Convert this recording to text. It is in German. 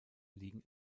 liegen